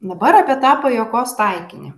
dabar apie tą pajuokos taikinį